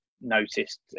noticed